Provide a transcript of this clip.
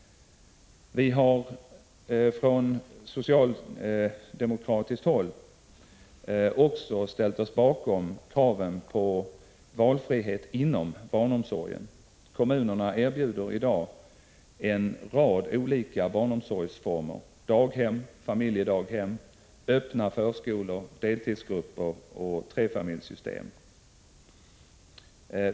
Vi har från socialdemokratiskt håll också ställt oss bakom kraven på valfrihet inom barnomsorgen. Kommunerna erbjuder i dag en rad olika barnomsorgsformer — daghem, familjedaghem, öppna förskolor, deltidsgrupper och trefamiljssystem.